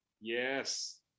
Yes